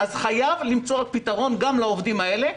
חייבים למצוא פתרון גם לעובדים האלה,